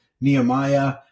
Nehemiah